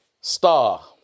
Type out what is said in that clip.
Star